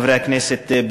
חברי הכנסת,